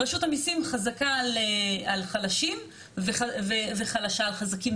רשות המיסים חזקה על חלשים וחלשה על חזקים.